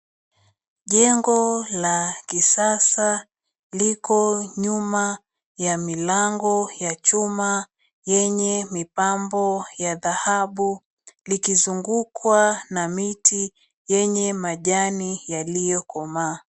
Jengo la kisasa liko nyuma ya milango ya chuma, yenye mipambo ya dhahabu, likizungukwa na miti yenye majani yaliyokomaa.